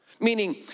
meaning